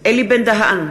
אלי בן-דהן,